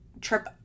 trip